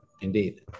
Indeed